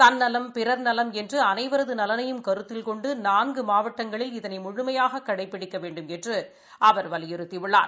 தன்னலம் பிறர்நலம் என்று அனைவரது நலனையும் கருத்தில் கொண்டு நான்கு மாவட்டங்களில் இதனை முழுமையாக கடைபிடிக்க வேண்டுமென்று அவர் வலியுறுத்தியுள்ளார்